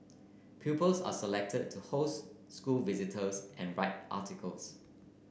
pupils are selected to host school visitors and write articles